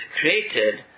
created